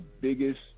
biggest